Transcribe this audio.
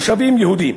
מושבים יהודיים.